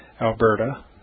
Alberta